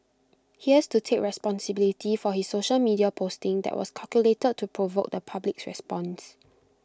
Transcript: he has to take responsibility for his social media posting that was calculated to provoke the public's response